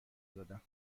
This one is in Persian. دادم